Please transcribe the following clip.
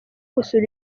gusura